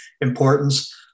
importance